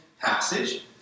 passage